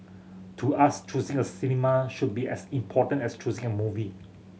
to us choosing a cinema should be as important as choosing a movie